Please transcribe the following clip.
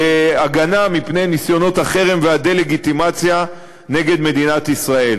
להגנה מפני ניסיונות החרם והדה-לגיטימציה נגד מדינת ישראל.